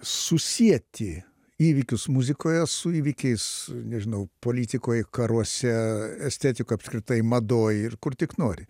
susieti įvykius muzikoje su įvykiais nežinau politikoj karuose estetika apskritai madoj ir kur tik nori